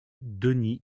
denis